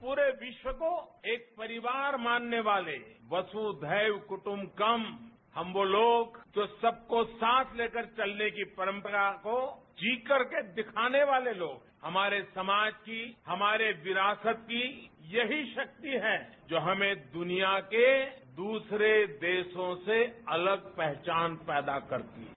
पूरे विश्व को एक परिवार मानने वाले वसुधेव कुट्बंकम हम वो लोग जो सबको साथ लेकर चलने की परंपरा को जी करके दिखाने वाले लोग हमारे समाज की हमारे विरासत की यही शक्ति है जो हमें दुनिया के दसरे देशों से अलग पहचान पैदा करती है